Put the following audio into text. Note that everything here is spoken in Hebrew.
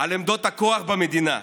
על עמדות הכוח במדינה.